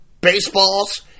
baseballs